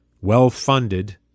well-funded